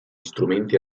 strumenti